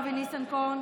אבי ניסנקורן.